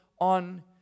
on